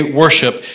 worship